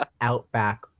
outback